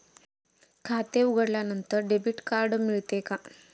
खाते उघडल्यानंतर debit card मिळते का?